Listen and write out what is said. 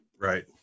Right